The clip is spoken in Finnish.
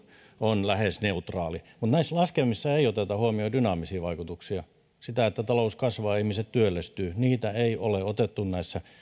on lähes neutraali mutta näissä laskelmissa ei oteta huomioon dynaamisia vaikutuksia sitä että talous kasvaa ja ihmiset työllistyvät niitä ei ole otettu näissä